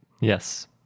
Yes